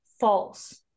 false